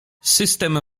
system